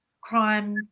crime